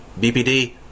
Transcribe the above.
BPD